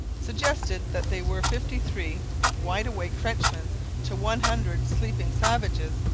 suggested that they were fifty-three wide-awake frenchmen to one hundred sleeping savages,